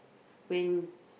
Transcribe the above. when